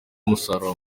umusaruro